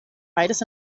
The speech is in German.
beides